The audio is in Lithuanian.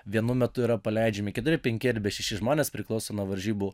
vienu metu yra paleidžiami keturi penki arba šeši žmonės priklauso nuo varžybų